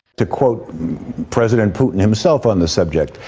to quote president putin himself on the subject,